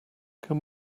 can